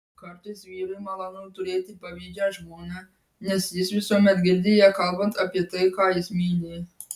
kartais vyrui malonu turėti pavydžią žmoną nes jis visuomet girdi ją kalbant apie tai ką jis myli